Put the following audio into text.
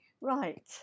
Right